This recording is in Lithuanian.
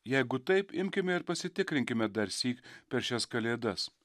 jeigu taip imkime ir pasitikrinkime darsyk per šias kalėdas